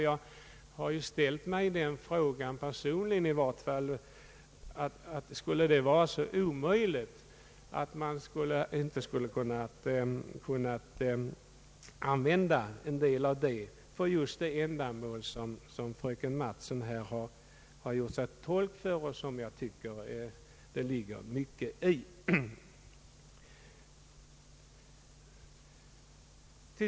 Jag har personligen i vart fall ställt mig frågan, om det inte skulle vara möjligt att använda en del av anslaget för just det ändamål som fröken Mattson här berörde, och jag tycker att det ligger mycket i det förslag som här framförts.